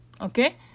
Okay